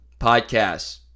podcasts